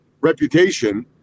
reputation